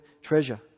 treasure